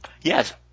Yes